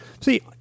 See